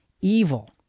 evil